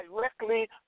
directly